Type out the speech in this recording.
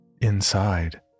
Inside